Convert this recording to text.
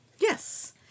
Yes